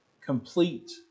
complete